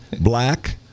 Black